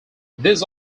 these